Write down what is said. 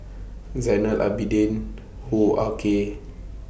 Zainal Abidin Hoo Ah Kay